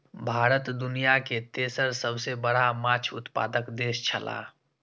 भारत दुनिया के तेसर सबसे बड़ा माछ उत्पादक देश छला